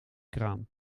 kraan